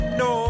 no